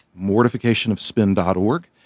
mortificationofspin.org